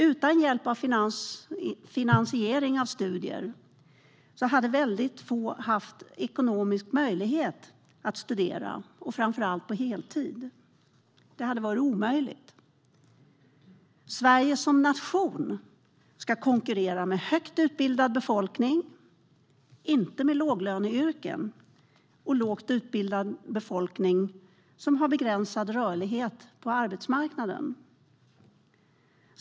Utan hjälp med finansiering av studier hade väldigt få haft ekonomisk möjlighet att studera, framför allt inte på heltid. Det hade varit omöjligt. Sverige som nation ska konkurrera med högt utbildad befolkning, inte med låglöneyrken och lågt utbildad befolkning som har begränsad rörlighet på arbetsmarknaden.